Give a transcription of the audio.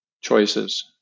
choices